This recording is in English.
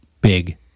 big